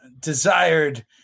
desired